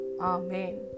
Amen